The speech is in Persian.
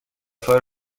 فای